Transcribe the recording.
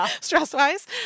stress-wise